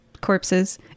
corpses